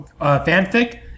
fanfic